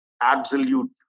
absolute